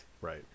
Right